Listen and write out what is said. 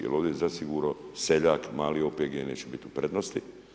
Jer ovdje zasigurno seljak, mali OPG neće biti u prednosti.